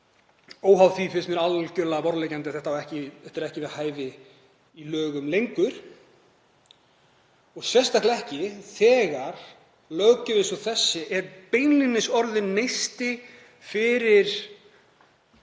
Óháð því finnst mér algjörlega borðleggjandi að þetta er ekki við hæfi í lögum lengur, sérstaklega ekki þegar löggjöf eins og þessi er beinlínis orðin neisti fyrir